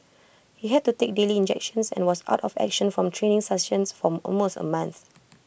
he had to take daily injections and was out of action from training sessions for almost A month